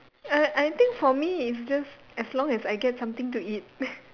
I I think for me it's just as long as I get something to eat